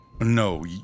No